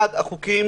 אחד החוקים